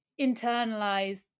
internalized